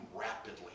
rapidly